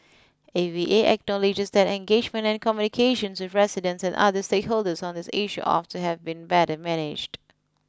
A V A acknowledges that engagement and communications with residents and other stakeholders on this issue ought to have been better managed